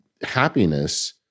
happiness